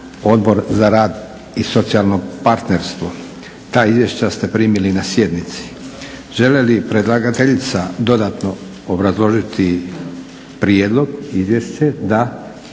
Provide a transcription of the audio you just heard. Odbor za rad i socijalno partnerstvo. Ta izvješća ste primili na sjednici. Želi li predlagateljica dodatno obrazložiti prijedlog, izvješće?